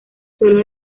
sólo